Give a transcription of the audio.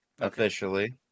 officially